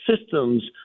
systems